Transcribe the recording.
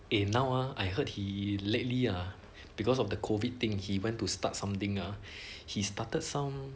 eh now ah I heard he lately ah because of the COVID thing he went to start something ah he started some